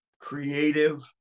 creative